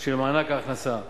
של מענק ההכנסה.